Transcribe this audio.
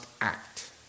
act